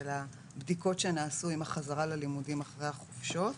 של הבדיקות שנעשו עם החזרה ללימודים אחרי החופשות,